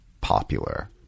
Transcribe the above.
popular